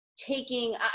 taking